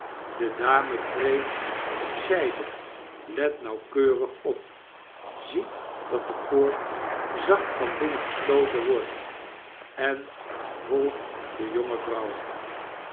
de dame treedt op zijde let nauwkeurig op ziet dat de poort zacht van binnen gesloten wordt en volgt de jonge vrouw